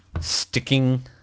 sticking